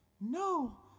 No